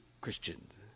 Christians